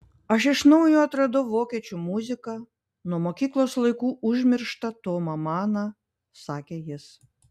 aš iš naujo atradau vokiečių muziką nuo mokyklos laikų užmirštą tomą maną sakė jis